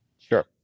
Sure